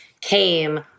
came